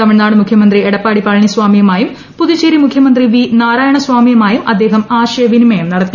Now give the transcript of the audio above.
തമിഴ്നാട് മുഖ്യമന്ത്രി എടപ്പാടി പളനിസ്വാമിയുമായും പുതുച്ചേരി മുഖ്യമന്ത്രി വി നാരായണസാമിയുമായും അദ്ദേഹം ആശയവിനിമയം നടത്തി